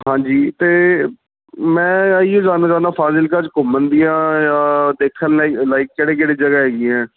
ਹਾਂਜੀ ਤੇ ਮੈਂ ਇਹੀ ਗੱਲ ਕਰਨਾ ਫਾਜ਼ਿਲਕਾ ਚ ਘੁੰਮਣ ਦੀਆਂ ਜਾਂ ਦੇਖਣ ਲਾਇਕ ਕਿਹੜੇ ਕਿਹੜੇ ਜਗ੍ਹਾ ਹੈਗੀ